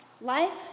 life